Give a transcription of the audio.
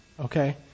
okay